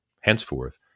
henceforth